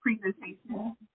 presentation